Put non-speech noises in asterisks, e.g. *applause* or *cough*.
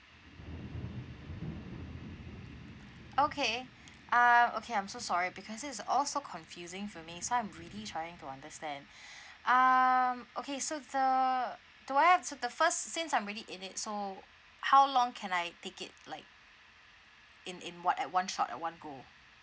okay uh okay I'm so sorry because it's all so confusing for me so I'm really trying to understand *breath* um okay so the do I have so the first since I'm really in it so how long can I take it like in in [what] at one shot at one go